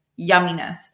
yumminess